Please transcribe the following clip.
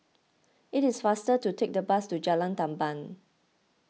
it is faster to take the bus to Jalan Tamban